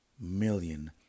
million